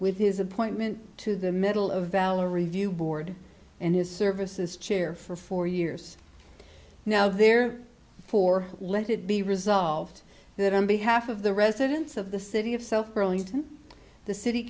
with his appointment to the medal of valor review board and his services chair for four years now there for let it be resolved that on behalf of the residents of the city of self burlington the city